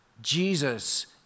Jesus